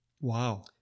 Wow